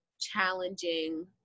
challenging